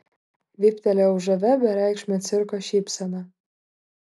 vyptelėjau žavia bereikšme cirko šypsena